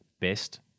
best